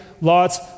lots